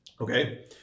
okay